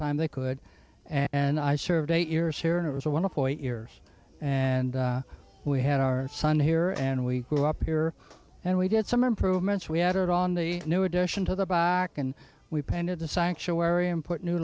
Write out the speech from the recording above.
time they could and i served eight years here and it was a one point year and we had our son here and we grew up here and we did some improvements we had on the new addition to the bach and we painted the sanctuary and put new